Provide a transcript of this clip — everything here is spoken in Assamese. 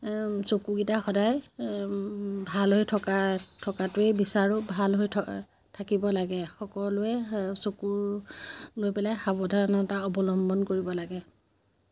চকুকেইটা সদায় ভাল হৈ থকা থকাটোৱে বিচাৰোঁ ভাল হৈ থাকিব লাগে সকলোৱে চকু লৈ পেলাই সাৱধানতা অৱলম্বন কৰিব লাগে